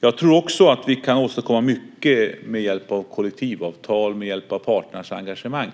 Jag tror också att vi kan åstadkomma mycket med hjälp av kollektivavtal och med hjälp av parternas engagemang.